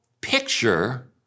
picture